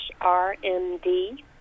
rmd